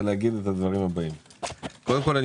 קודם כל,